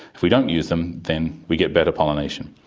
if we don't use them then we get better pollination.